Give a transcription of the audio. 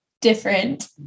different